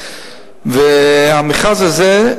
והמכרז הזה,